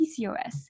PCOS